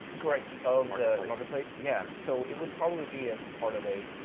correct, of the marketplace. yeah. so, it would probably be as part of a,